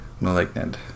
Malignant